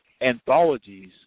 anthologies